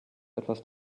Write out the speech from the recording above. etwas